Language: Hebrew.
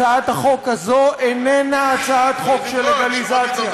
הצעת החוק הזאת איננה הצעה של לגליזציה,